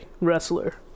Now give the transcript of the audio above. wrestler